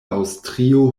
aŭstrio